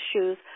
shoes